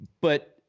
But-